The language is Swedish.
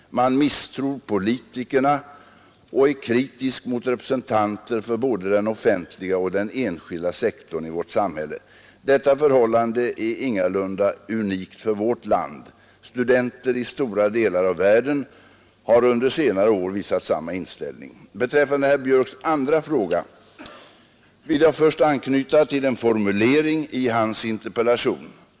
Man misstror politikerna och är kritisk mot representanter för både den offentliga och den enskilda sektorn i vårt samhälle. Detta förhållande är ingalunda unikt för vårt land. Studenter i stora delar av världen har under senare år visat samma inställning. Beträffande herr Björcks andra fråga vill jag först anknyta till en formulering i hans interpellation.